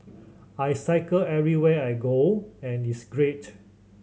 I cycle everywhere I go and it's great